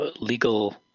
legal